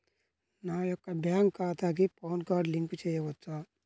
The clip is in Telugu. నా యొక్క బ్యాంక్ ఖాతాకి పాన్ కార్డ్ లింక్ చేయవచ్చా?